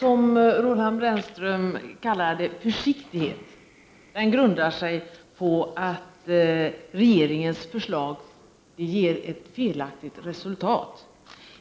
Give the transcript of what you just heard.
Fru talman! Vår ”försiktighet”, som Roland Brännström kallar den, grundar sig på att regeringens förslag ger ett felaktigt resultat.